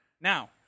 Now